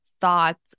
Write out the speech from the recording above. thoughts